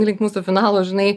link mūsų finalo žinai